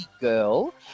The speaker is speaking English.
girl